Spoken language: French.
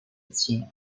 tient